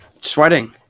sweating